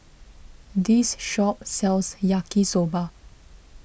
this shop sells Yaki Soba